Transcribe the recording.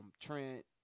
Trent